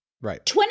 Right